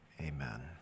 amen